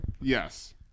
yes